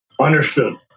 Understood